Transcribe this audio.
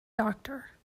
doctor